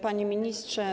Panie Ministrze!